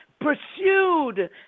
pursued